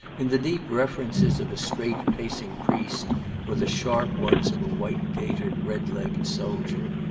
in the deep references of a straight-pacing priest or the sharp ones of a white-gaitered red-legged soldier.